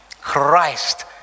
Christ